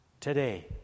today